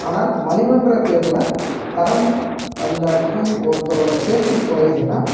ஆனால் மலிவுன்ற பேரில் தரம் அந்த டி ஒருத்தரோட சேஃப்ட்டி குறையிதுனா